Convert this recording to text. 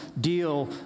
deal